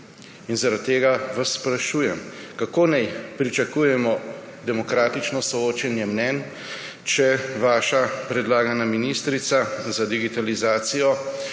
In zaradi tega vas sprašujem, kako naj pričakujemo demokratično soočenje mnenj, če vaša predlagana ministrica za digitalizacijo